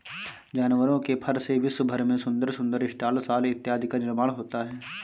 जानवरों के फर से विश्व भर में सुंदर सुंदर स्टॉल शॉल इत्यादि का निर्माण होता है